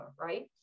right